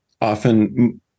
often